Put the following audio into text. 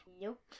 Nope